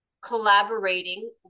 collaborating